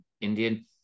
Indian